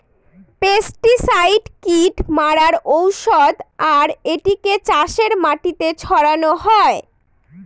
pesticide কীট মারার ঔষধ আর এটিকে চাষের মাটিতে ছড়ানো হয়